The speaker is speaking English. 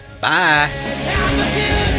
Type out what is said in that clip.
Bye